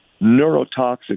neurotoxic